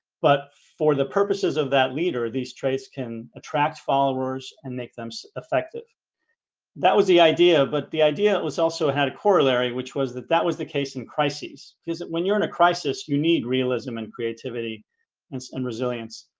but for the purposes of that leader, these traits can attract followers and make them so effective that was the idea. but the idea it was also had a corollary, which was that that was the case in crises is that when you're in a crisis you need realism and creativity and and resilience?